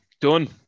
done